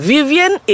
Vivian